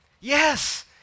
Yes